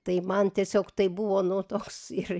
tai man tiesiog tai buvo nu toks ir